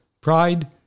Pride